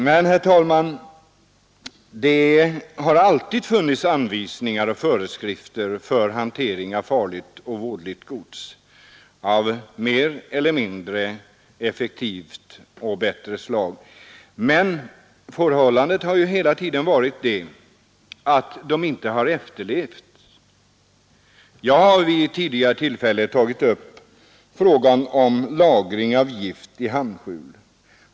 Men, herr talman, det har alltid funnits anvisningar och föreskrifter av mer eller mindre effektivt slag för hantering av farligt och vådligt gods. Förhållandet har emellertid hela tiden varit det att dessa anvisningar inte har efterlevts. Jag har vid ett tidigare tillfälle tagit upp frågan om lagring av gift i hamnskjul.